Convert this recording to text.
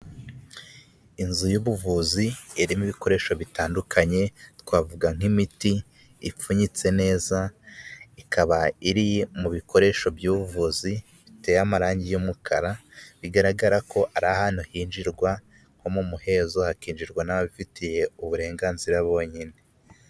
Inzu y'ubuvuzi irimo ibikoresho bitandukanye twavuga nk'imiti ipfunyitse neza, ikaba iri mu bikoresho by'ubuvuzi biteye amarange y'umukara bigaragara ko ari ahantu hinjirwa nko mu muhezo hakinjirwa n'ababifitiye uburenganzira bonyine.